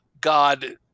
God